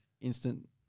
instant